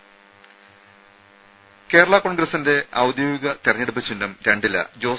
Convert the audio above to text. രേര കേരളാ കോൺഗ്രസ്സിന്റെ ഔദ്യോഗിക തെരഞ്ഞെടുപ്പ് ചിഹ്നം രണ്ടില ജോസ്